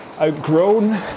outgrown